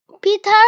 Peter